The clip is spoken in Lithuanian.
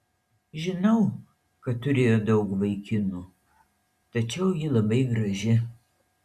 žinau kad turėjo daug vaikinų tačiau ji labai graži